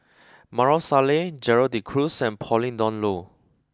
Maarof Salleh Gerald De Cruz and Pauline Dawn Loh